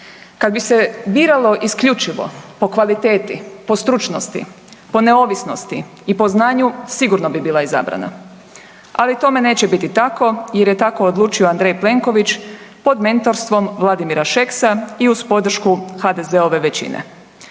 Kad bi se biralo isključivo po kvaliteti, po stručnosti, po neovisnosti i po znanju sigurno bi bila izabrana, ali tome neće biti tako jer je tako odlučio Andrej Plenković, pod mentorstvom Vladimira Šeksa i uz podršku HDZ-ove većine.